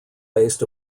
based